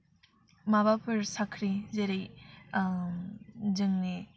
माबाफोर साख्रि जेरै जोंनि